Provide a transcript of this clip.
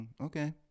Okay